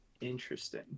Interesting